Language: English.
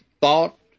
thought